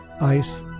ice